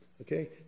Okay